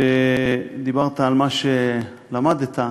שדיברת על מה שלמדת,